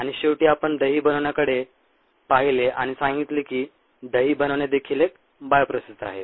आणि शेवटी आपण दही बनवण्याकडे पाहिले आणि सांगितले की दही बनवणे देखील एक बायोप्रोसेस आहे